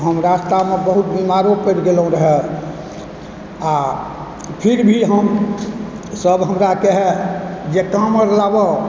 हम रस्तामे बहुत बीमारो पड़ि गेलहुँ रहै आओर फिर भी हम सब हमरा कहै जे काँवर लाब